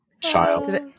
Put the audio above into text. Child